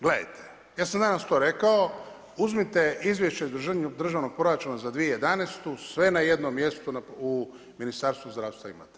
Gledajte, ja sam danas to rekao, uzmite Izvješće državnog proračuna za 2011. sve na jednom mjestu u Ministarstvu zdravstva imate.